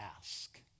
Ask